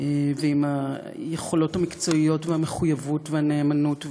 ועם היכולות המקצועיות והמחויבות והנאמנות והמסירות.